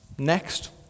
Next